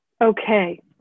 okay